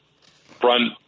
front